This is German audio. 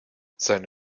seine